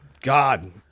God